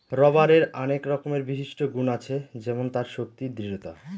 রবারের আনেক রকমের বিশিষ্ট গুন আছে যেমন তার শক্তি, দৃঢ়তা